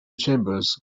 chambers